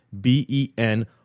b-e-n